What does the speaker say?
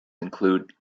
include